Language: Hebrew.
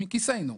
מכיסנו.